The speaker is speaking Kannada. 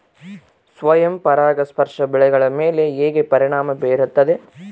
ಸ್ವಯಂ ಪರಾಗಸ್ಪರ್ಶ ಬೆಳೆಗಳ ಮೇಲೆ ಹೇಗೆ ಪರಿಣಾಮ ಬೇರುತ್ತದೆ?